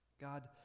God